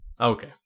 Okay